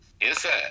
inside